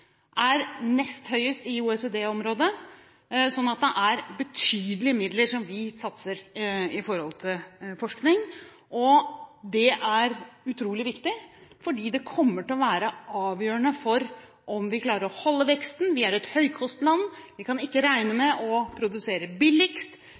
er nest høyest i OECD-området, så det er betydelige midler vi satser på forskning. Det er utrolig viktig, for det kommer til å være avgjørende for om vi klarer å holde veksten. Vi er et høykostland, vi kan ikke regne